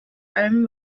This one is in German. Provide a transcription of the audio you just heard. allem